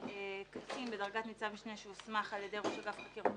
רשאי קצין בדרגת ניצב משנה שהוסמך על ידי ראש אגף חקירות